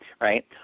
right